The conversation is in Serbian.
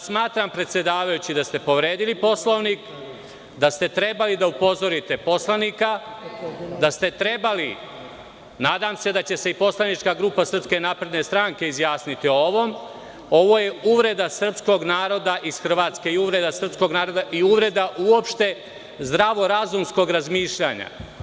Smatram predsedavajući da ste povredili Poslovnik, da ste trebali da upozorite poslanika, da ste trebali, nadam se da će se i poslanička grupa SNS izjasniti o ovom, ovo je uvreda Srpskog naroda iz Hrvatske i uvreda Srpskog naroda i uvreda uopšte zdravorazumskog razmišljanja.